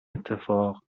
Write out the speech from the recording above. اتفاق